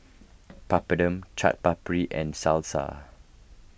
Papadum Chaat Papri and Salsa